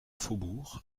faubourg